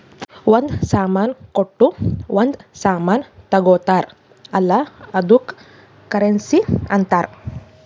ಒಂದ್ ಸಾಮಾನ್ ಕೊಟ್ಟು ಒಂದ್ ಸಾಮಾನ್ ತಗೊತ್ತಾರ್ ಅಲ್ಲ ಅದ್ದುಕ್ ಕರೆನ್ಸಿ ಅಂತಾರ್